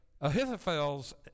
Ahithophel's